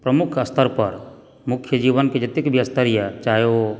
प्रमुख स्तर पर मुख्य जीवनकेँ जतेक व्यस्तता यऽ चाहे ओ